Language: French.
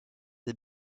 des